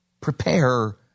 Prepare